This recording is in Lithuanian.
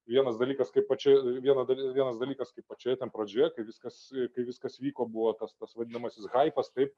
vienas dalykas kai pačioje viena dalis vienas dalykas kai pačioj pradžioje kai viskas kai viskas vyko buvo tas tas vadinamasis haipas taip